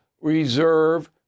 reserve